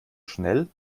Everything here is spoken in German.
schnell